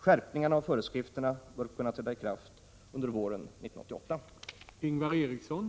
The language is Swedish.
Skärpningarna av föreskrifterna bör kunna träda i kraft under våren 1988.